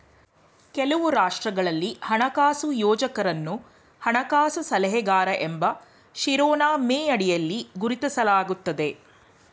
ಕೆಲವು ರಾಷ್ಟ್ರಗಳಲ್ಲಿ ಹಣಕಾಸು ಯೋಜಕರನ್ನು ಹಣಕಾಸು ಸಲಹೆಗಾರ ಎಂಬ ಶಿರೋನಾಮೆಯಡಿಯಲ್ಲಿ ಗುರುತಿಸಲಾಗುತ್ತದೆ